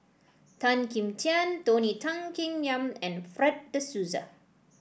Tan Kim Tian Tony Tan Keng Yam and Fred De Souza